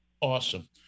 Awesome